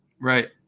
Right